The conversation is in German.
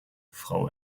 frau